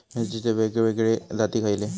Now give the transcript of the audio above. मिरचीचे वेगवेगळे जाती खयले?